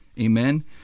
Amen